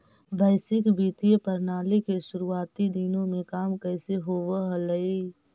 वैश्विक वित्तीय प्रणाली के शुरुआती दिनों में काम कैसे होवअ हलइ